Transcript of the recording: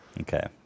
Okay